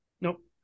Nope